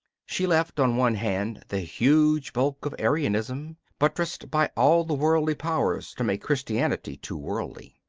she left on one hand the huge bulk of arianism, buttressed by all the worldly powers to make christianity too worldly.